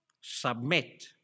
Submit